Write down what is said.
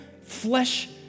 flesh